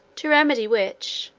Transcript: to remedy which,